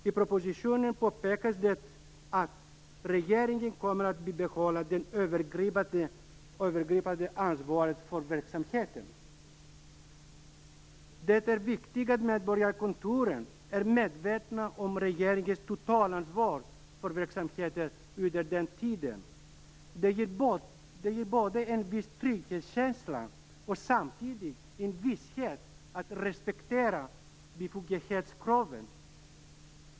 I propositionen påpekas att regeringen kommer att behålla det övergripande ansvaret för verksamheten. Det är viktigt att medborgarkontoren är medvetna om regeringens totalansvar för verksamheten under den här tiden. Det ger en viss trygghetskänsla och samtidigt en visshet när det gäller att respektera befogenhetskraven.